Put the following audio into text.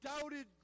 doubted